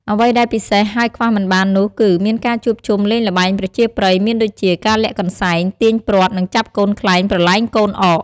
អ្វីដែលពិសេសហើយខ្វះមិនបាននោះគឺមានការជួបជុំលេងល្បែងប្រជាប្រិយមានដូចជាការលាក់កន្សែង ទាញព័ត្រ និងចាប់កូនខ្លែងប្រលែងកូនអក។